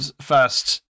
first